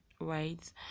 right